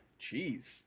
jeez